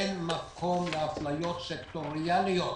אין מקום להפליות סקטוריאליות.